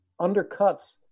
undercuts